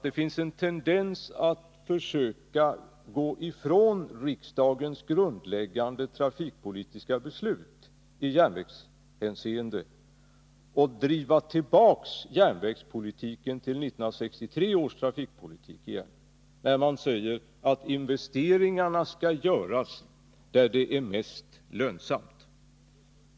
Det finns en tendens att försöka gå ifrån riksdagens grundläggande trafikpolitiska beslut när det gäller järnvägen och driva tillbaka järnvägspolitiken till 1963 års trafikpolitik. Det sägs nämligen att investeringarna skall göras där det är mest lönsamt.